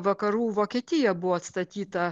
vakarų vokietija buvo atstatyta